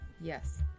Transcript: Yes